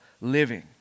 living